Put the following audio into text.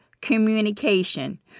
communication